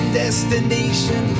destination